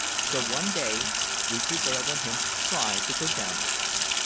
so one day we prevailed on him to try to go down with us.